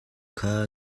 kha